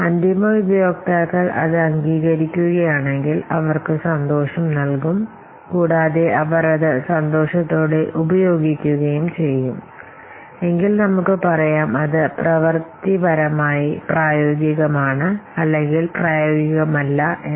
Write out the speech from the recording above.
അന്തിമ ഉപയോക്താക്കൾ അത് അംഗീകരിക്കുകയാണെങ്കിൽ അവർക്ക് സന്തോഷം നൽകും കൂടാതെ അവർ അത് സന്തോഷത്തോടെ ഉപയോഗിക്കുകയും ചെയ്യും എങ്കിൽ നമുക്കു പറയാം അത് പ്രവർത്തിപരമായി പ്രയോഗികമാണ് അല്ലെങ്കിൽ പ്രായോഗികമല്ല എന്ന്